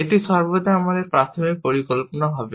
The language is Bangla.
এটি সর্বদা আমাদের প্রাথমিক পরিকল্পনা হবে